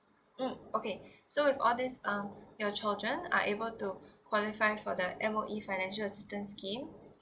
mm okay so with all this um your children are able to qualify for the M_O_E financial assistance scheme